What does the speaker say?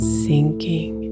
sinking